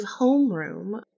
homeroom